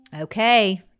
Okay